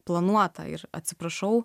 planuota ir atsiprašau